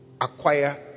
acquire